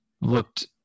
looked